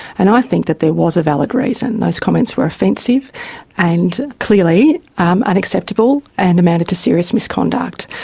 and i think that there was a valid reason, those comments were offensive and clearly um unacceptable and amounted to serious misconduct.